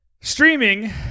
Streaming